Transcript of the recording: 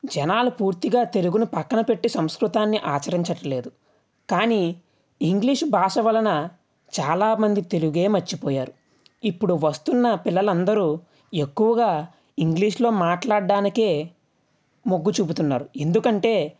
జనాలు పూర్తిగా తెలుగుని పక్కన పెట్టి సంస్కృతాన్ని ఆచరించటం లేదు కానీ ఇంగ్లీష్ భాష వలన చాలామంది తెలుగే మర్చిపోయారు ఇప్పుడు వస్తున్న పిల్లలు అందరూ ఎక్కువగా ఇంగ్లీష్లో మాట్లాడడానికే మొగ్గు చూపుతున్నారు ఎందుకంటే